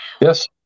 Yes